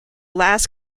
last